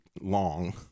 long